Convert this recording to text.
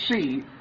see